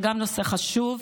זה גם נושא חשוב,